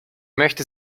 möchte